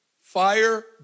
Fire